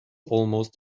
almost